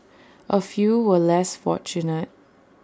A few were less fortunate